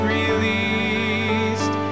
Released